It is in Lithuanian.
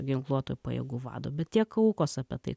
ginkluotųjų pajėgų vado bet tiek aukos apie tai